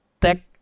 tech